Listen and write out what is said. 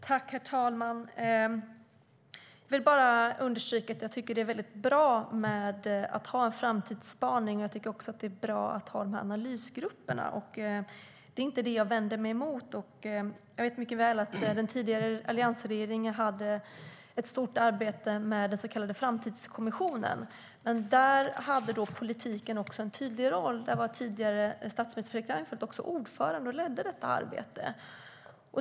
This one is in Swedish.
Herr talman! Jag vill bara understryka att jag tycker att det är väldigt bra att ha en framtidsspaning och dessa analysgrupper. Det är inte det som jag vänder mig emot. Jag vet mycket väl att den tidigare alliansregeringen arbetade med den så kallade framtidskommissionen, men där hade politiken en tydlig roll. Den tidigare statsministern, Fredrik Reinfeldt, var ordförande där och ledde detta arbete.